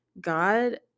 God